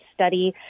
study